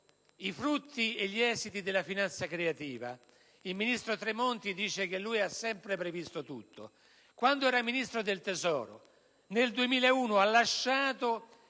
i frutti e gli esiti della finanza creativa. Il ministro Tremonti sostiene di avere sempre previsto tutto. Quando era Ministro del tesoro nel 2001 ha lasciato